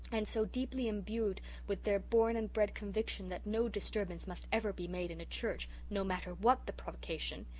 and so deeply imbued with their born-and-bred conviction that no disturbance must ever be made in a church, no matter what the provocation,